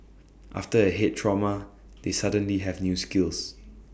after A Head trauma they suddenly have new skills